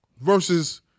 Versus